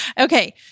Okay